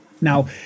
Now